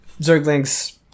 zerglings